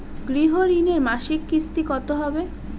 গৃহ ঋণের মাসিক কিস্তি কত হবে?